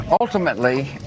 ultimately